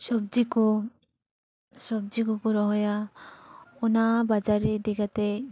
ᱥᱚᱵᱽᱡᱤ ᱠᱚ ᱥᱚᱵᱽᱡᱤ ᱠᱚᱠᱚ ᱨᱚᱦᱚᱭᱟ ᱚᱱᱟ ᱵᱟᱡᱟᱨ ᱤᱫᱤ ᱠᱟᱛᱮᱫ